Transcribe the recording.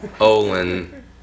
Olin